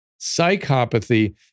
Psychopathy